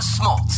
Smoltz